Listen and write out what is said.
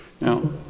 Now